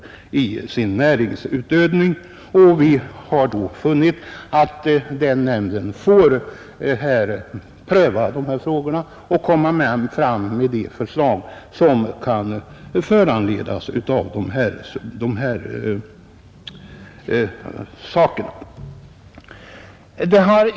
Vi har därför funnit att nämnden får pröva dessa frågor och lägga fram de förslag som den kan anse erforderliga.